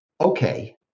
okay